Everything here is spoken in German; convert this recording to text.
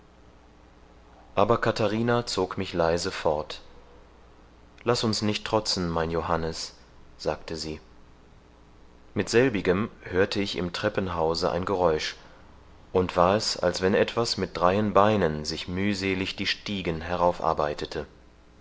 aber katharina zog mich leise fort laß uns nicht trotzen mein johannes sagte sie mit selbigem hörte ich im treppenhause ein geräusch und war es als wenn etwas mit dreien beinen sich mühselig die stiegen